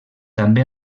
també